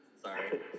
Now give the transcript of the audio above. Sorry